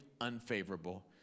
unfavorable